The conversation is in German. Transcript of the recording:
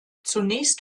zunächst